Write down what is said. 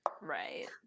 Right